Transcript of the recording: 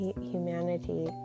humanity